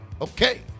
Okay